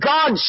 God